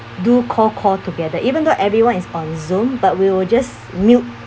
do cold call together even though everyone is on zoom but we will just mute